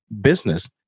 business